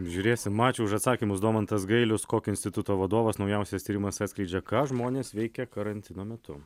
žiūrėsim ačiū už atsakymus domantas gailius kokio instituto vadovas naujausias tyrimas atskleidžia ką žmonės veikia karantino metu